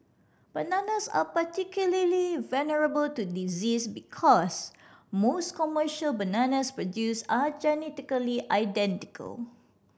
bananas are particularly vulnerable to disease because most commercial bananas produced are genetically identical